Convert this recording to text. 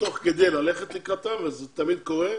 תוך כדי ללכת לקראתם, וזה תמיד קורה,